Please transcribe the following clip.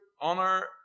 honor